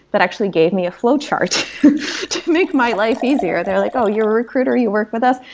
but actually gave me a flowchart to make my life easier. they're like, ah you're a recruiter. you work with us.